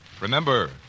Remember